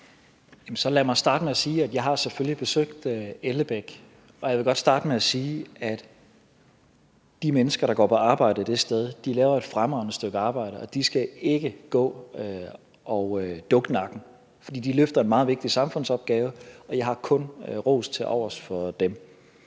Lad mig starte med at sige, at jeg selvfølgelig har besøgt Ellebæk, og jeg vil godt sige, at de mennesker, der går på arbejde det sted, laver et fremragende stykke arbejde, og de skal ikke gå og dukke nakken. For de løfter en meget vigtig samfundsopgave, og jeg har kun ros til overs for dem.